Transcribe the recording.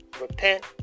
repent